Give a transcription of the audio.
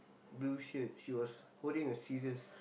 blue shirt she was holding a scissors